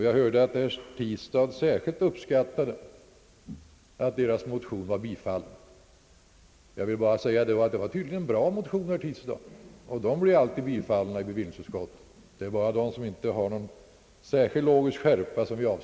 Jag hörde att herr Tistad särskilt uppskattade att hans motion hade tillstyrkts. Jag vill bara påpeka att det tydligen var en bra motion, herr Tistad. Sådana blir alltid tillstyrkta i bevillningsutskottet. Vi avstyrker bara motioner som inte har någon verklig logisk skärpa.